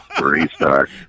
Restart